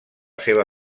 seva